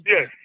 Yes